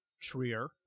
Trier